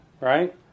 Right